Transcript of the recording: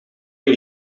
een